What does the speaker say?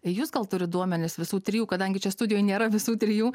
jūs gal turit duomenis visų trijų kadangi čia studijoj nėra visų trijų